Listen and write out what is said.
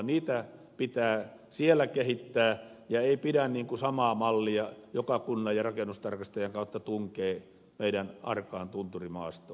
niitä pitää siellä kehittää ja ei pidä samaa mallia joka kunnan ja rakennustarkastajan kautta tunkea meidän arkaan tunturimaastoon